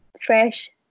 fresh